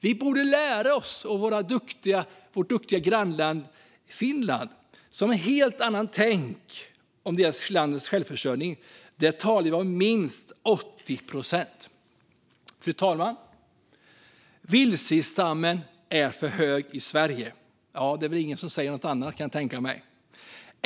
Vi borde lära oss av vårt duktiga grannland Finland, som har ett helt annat tänk när det gäller landets självförsörjning - minst 80 procent. Fru talman! Vildsvinsstammen är för stor i Sverige. Jag kan inte tänka mig att någon säger något annat.